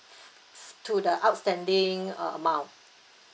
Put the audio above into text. to the outstanding uh amount